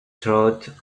through